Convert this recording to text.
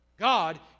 God